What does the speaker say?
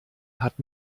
hat